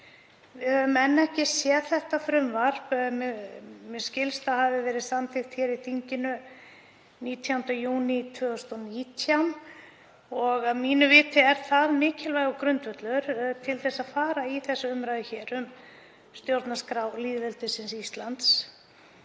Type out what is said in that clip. Við höfum enn ekki séð þetta frumvarp, en mér skilst þetta að hafi verið samþykkt í þinginu 19. júní 2019. Að mínu viti er það mikilvægur grundvöllur til að fara í þessa umræðu hér um stjórnarskrá lýðveldisins Íslands.